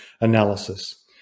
analysis